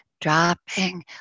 dropping